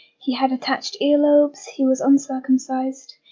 he had attached earlobes, he was uncircumcised,